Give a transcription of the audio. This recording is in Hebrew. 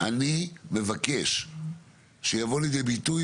אני מבקש שיבוא לידי ביטוי,